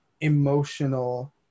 emotional